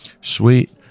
sweet